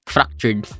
Fractured